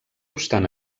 obstant